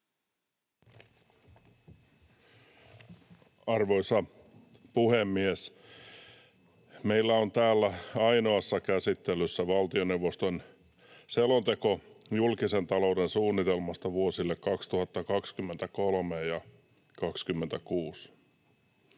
Arvoisa puhemies! Meillä on täällä ainoassa käsittelyssä valtioneuvoston selonteko julkisen talouden suunnitelmasta vuosille 2023—2026.